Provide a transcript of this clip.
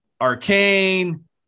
Arcane